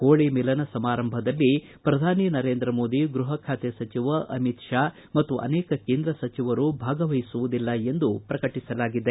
ಹೋಳಿ ಮಿಲನ ಸಮಾರಂಭದಲ್ಲಿ ಪ್ರಧಾನಿ ನರೇಂದ್ರ ಮೋದಿ ಗೃಹ ಖಾತೆ ಸಚಿವ ಅಮಿತ್ ಶಾ ಮತ್ತು ಅನೇಕ ಕೇಂದ್ರ ಸಚಿವರು ಭಾಗವಹಿಸುವುದಿಲ್ಲ ಎಂದು ಪ್ರಕಟಿಸಲಾಗಿದೆ